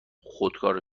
خودکار